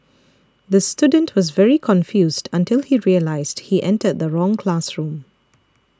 the student was very confused until he realised he entered the wrong classroom